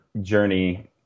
journey